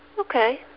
Okay